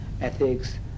ethics